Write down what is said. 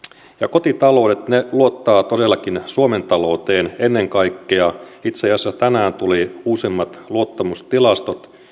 kotitaloudet luottavat todellakin suomen talouteen ennen kaikkea itse asiassa tänään tulivat uusimmat luottamustilastot